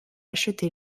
acheté